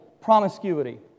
promiscuity